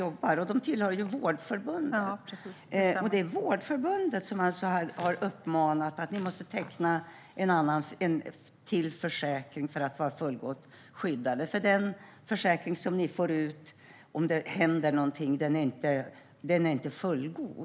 Ambulanspersonal tillhör Vårdförbundet, och det är Vårdförbundet som har uppmanat dem att teckna en extra försäkring för att ha fullgott skydd eftersom grundförsäkringen inte ger det.